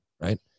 right